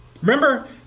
Remember